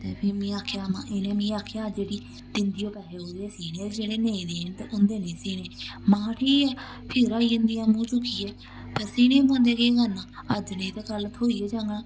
ते फ्ही में आखेआ महां इनें मिगी आखेआ जेह्ड़ी दिंदी ओह् पैसे ओह्दे सीने जेह्ड़े नेईं देन ते उंदे निं सीने महां ठीक ऐ फिर आई जंदीियां मूंह् चुक्कियै पर सीने पौंदे केह् करना अज्ज नेईं ते कल थ्होई गै जाङन